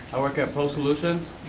i work at prosolutions,